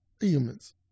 Humans